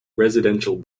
residential